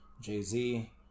Jay-Z